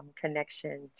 connection